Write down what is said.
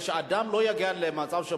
הנושא הזה עבר שדרוג בשנתיים האחרונות.